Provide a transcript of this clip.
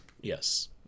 Yes